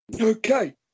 Okay